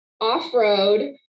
off-road